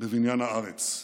ובבניין הארץ.